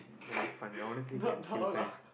that'll be fun no honestly can kill time